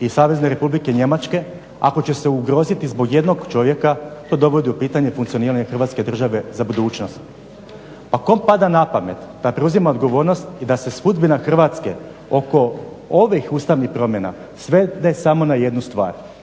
i Savezne Republike Njemačke, ako će se ugroziti zbog jednog čovjeka, to dovodi u pitanje funkcioniranje Hrvatske države za budućnost. Pa kome pada na pamet da preuzima odgovornost i da se sudbina Hrvatske oko ovih ustavnih promjena svede samo na jednu stvar.